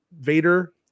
vader